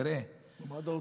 תראה,